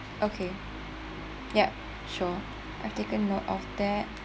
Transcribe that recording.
okay ya sure I've take note of that